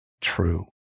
true